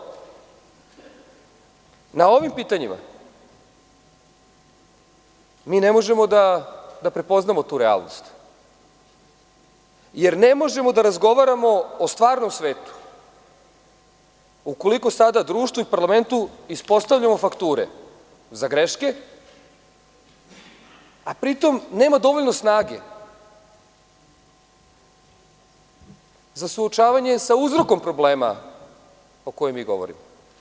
Na ovim pitanjima, mi ne možemo da prepoznamo tu realnost, jer ne možemo da razgovaramo o stvarnom svetu, ukoliko sada društvu i parlamentu ispostavljamo fakture za greške, a pri tom nema dovoljno snage za suočavanje sa uzrokom problema o kojem mi govorimo.